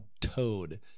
toad